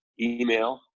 email